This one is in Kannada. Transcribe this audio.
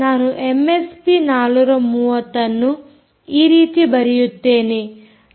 ನಾನು ಎಮ್ಎಸ್ಪಿ 430 ಅನ್ನು ಈ ರೀತಿ ಬರೆಯುತ್ತೇನೆ